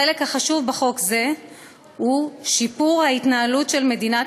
החלק החשוב בחוק זה הוא שיפור ההתנהלות של מדינת